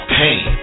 pain